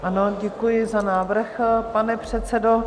Ano, děkuji za návrh, pane předsedo.